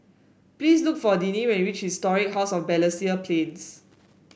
please look for Deane when you reach Historic House of Balestier Plains